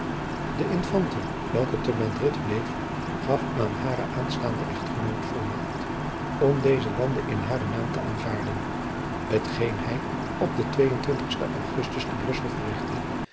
de infante welke te madrid bleef gaf aan haren aanstaanden echtgenoot volmacht om deze landen in haren naam te aanvaarden t geen hij op den e ugustus te brussel verrichtte